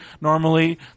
normally